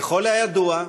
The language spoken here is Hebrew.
ככל הידוע,